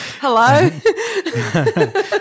Hello